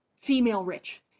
female-rich